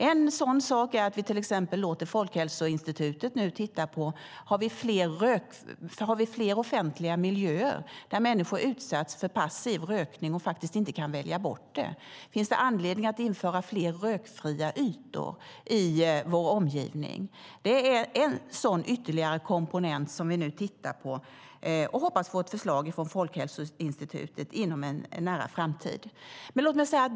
En sådan sak är att vi till exempel låter Folkhälsoinstitutet nu titta på: Har vi fler offentliga miljöer där människor utsätts för passiv rökning och inte kan välja bort det? Finns det anledning att införa fler rökfria ytor i vår omgivning? Det är en sådan ytterligare komponent som vi nu tittar på, och vi hoppas få ett förslag från Folkhälsoinstitutet inom en nära framtid.